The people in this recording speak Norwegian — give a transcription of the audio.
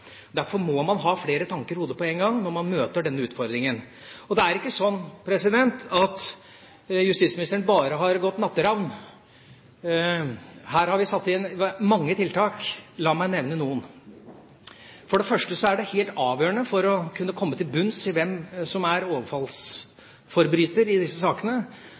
Derfor må man ha flere tanker i hodet på en gang når man møter denne utfordringen. Og det er ikke slik at justisministeren bare har gått natteravn, her har vi satt inn mange tiltak. La meg nevne noen: For det første er det helt avgjørende for å kunne komme til bunns i hvem som er overfallsforbryter i disse sakene,